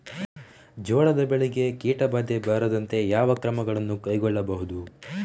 ಜೋಳದ ಬೆಳೆಗೆ ಕೀಟಬಾಧೆ ಬಾರದಂತೆ ಯಾವ ಕ್ರಮಗಳನ್ನು ಕೈಗೊಳ್ಳಬಹುದು?